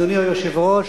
אדוני היושב-ראש,